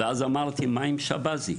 אבל מה עם שבזי?